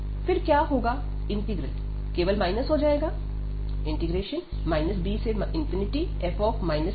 फिर क्या होगा इंटीग्रल केवल माइनस हो जाएगा bf tdt